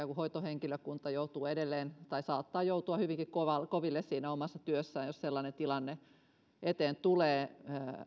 kuin joutuu edelleen tai saattaa joutua hyvinkin koville koville siinä omassa työssään jos sellainen tilanne eteen tulee